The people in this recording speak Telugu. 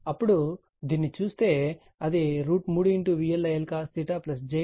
అప్పుడు దీనిని చేస్తే అది 3VLILcos j3VLILsin అవుతుంది